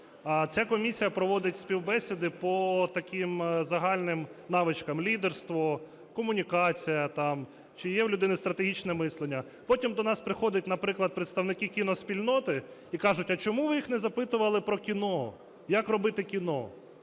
Ця комісія проводить співбесіди по таким загальним навичкам: лідерство, комунікація там, чи є у людини стратегічне мислення. Потім до нас приходять, наприклад, представники кіноспільноти і кажуть: "А чому ви їх не запитували про кіно, як робити кіно?"